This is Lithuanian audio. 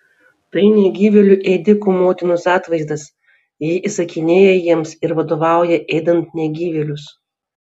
tai negyvėlių ėdikų motinos atvaizdas ji įsakinėja jiems ir vadovauja ėdant negyvėlius